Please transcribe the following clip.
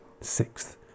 sixth